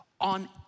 on